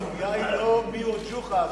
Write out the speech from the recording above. הסוגיה היא לא מי הוא ג'וחא,